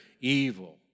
evil